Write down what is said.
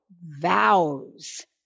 vows